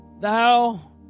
Thou